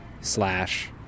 slash